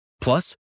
Plus